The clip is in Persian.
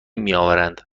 میآورند